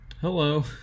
hello